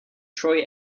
troy